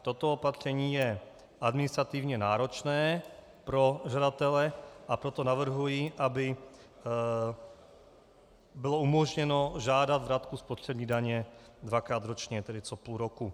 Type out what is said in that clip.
Toto opatření je administrativně náročné pro žadatele, a proto navrhuji, aby bylo umožněno žádat vratku spotřební daně dvakrát ročně, tedy co půl roku.